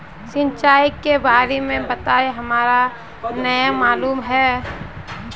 सिंचाई के बारे में बताई हमरा नय मालूम है?